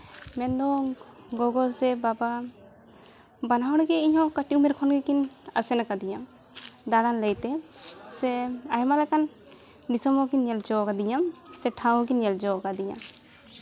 ᱢᱮᱱᱫᱚ ᱜᱚᱜᱚ ᱥᱮ ᱵᱟᱵᱟ ᱵᱟᱱᱟ ᱦᱚᱲᱜᱮ ᱤᱧ ᱫᱚ ᱠᱟᱹᱴᱤᱡ ᱩᱢᱮᱨ ᱠᱷᱚᱱ ᱜᱮᱠᱤᱱ ᱟᱥᱮᱱ ᱠᱟᱫᱤᱧᱟ ᱫᱟᱬᱟᱱ ᱞᱟᱹᱭᱛᱮ ᱥᱮ ᱟᱭᱢᱟ ᱞᱮᱠᱟᱱ ᱫᱤᱥᱚᱢ ᱦᱚᱸᱠᱤᱱ ᱧᱮᱞ ᱦᱚᱪᱚ ᱠᱟᱫᱤᱧᱟ ᱥᱮ ᱴᱷᱟᱶ ᱠᱚᱠᱤᱱ ᱧᱮᱞ ᱦᱚᱪᱚ ᱠᱟᱫᱤᱧᱟ